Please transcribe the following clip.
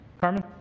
Carmen